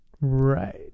Right